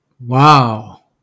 Wow